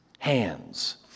hands